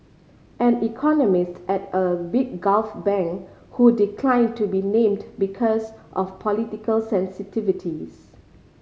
an economist at a big Gulf bank who declined to be named because of political sensitivities